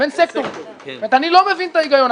אני לא מבין את ההיגיון.